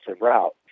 route